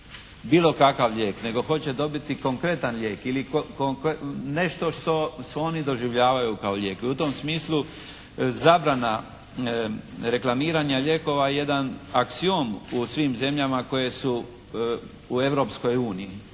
bilo kakav lijek, nego hoće dobiti konkretan lijek ili nešto što oni doživljavaju kao lijek. I u tom smislu zabrana reklamiranja lijekova je jedan aksiom u svim zemljama koje su u Europskoj uniji.